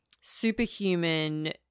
superhuman